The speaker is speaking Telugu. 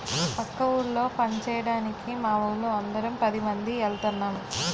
పక్క ఊళ్ళో పంచేయడానికి మావోళ్ళు అందరం పదిమంది ఎల్తన్నం